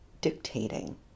dictating